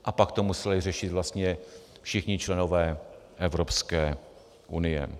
A pak to museli řešit vlastně všichni členové Evropské unie.